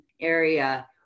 area